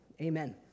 amen